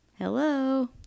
Hello